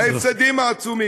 ההפסדים העצומים,